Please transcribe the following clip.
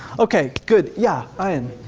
okay good, yeah, ah ian?